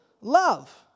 love